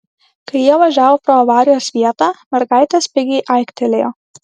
kai jie važiavo pro avarijos vietą mergaitė spigiai aiktelėjo